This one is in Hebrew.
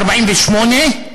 ב-1948,